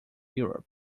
europe